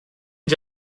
and